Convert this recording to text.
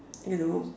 you know